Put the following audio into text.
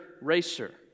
racer